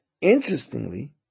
interestingly